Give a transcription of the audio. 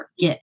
forget